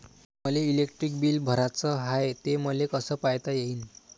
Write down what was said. मले electric bill भराचं हाय, ते मले कस पायता येईन?